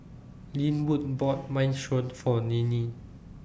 Linwood bought Minestrone For Ninnie